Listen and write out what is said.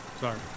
Sorry